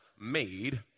made